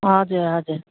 हजुर हजुर